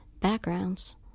backgrounds